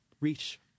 reach